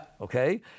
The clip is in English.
Okay